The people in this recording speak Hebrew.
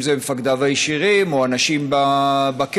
אם זה מפקדיו הישירים או אנשים בכלא,